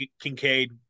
Kincaid